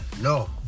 no